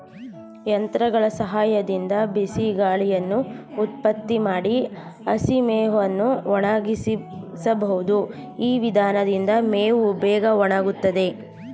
ಯಂತ್ರಗಳ ಸಹಾಯದಿಂದ ಬಿಸಿಗಾಳಿಯನ್ನು ಉತ್ಪತ್ತಿ ಮಾಡಿ ಹಸಿಮೇವನ್ನು ಒಣಗಿಸಬಹುದು ಈ ವಿಧಾನದಿಂದ ಮೇವು ಬೇಗ ಒಣಗುತ್ತದೆ